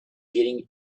getting